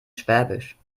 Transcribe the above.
schwäbisch